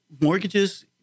mortgages